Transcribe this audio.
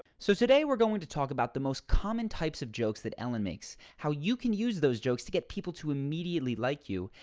so today we're going to talk about the most common types of jokes that ellen makes, how you can use those jokes to get people to immediately like you,